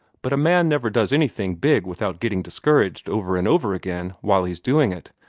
but a man never does anything big without getting discouraged over and over again while he's doing it.